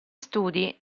studi